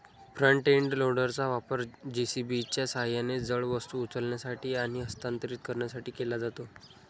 front end लोडरचा वापर जे.सी.बीच्या सहाय्याने जड वस्तू उचलण्यासाठी आणि हस्तांतरित करण्यासाठी केला जातो